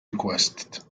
requested